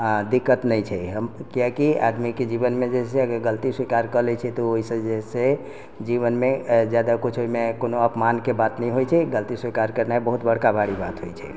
दिक्कत नहि छै हम किआकि आदमीके जीवनमे जे हइ से आगर गलती स्वीकार कऽ लै छै तऽ ओहिसँ जे हइ से जीवनमे जादा किछु ओहिमे कोनो अपमानके बात नहि होइत छै गलती स्वीकार करनाइ बहुत बरका भारी बात होइत छै